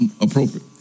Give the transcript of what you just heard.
appropriate